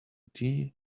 tea